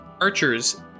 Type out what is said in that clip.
Archers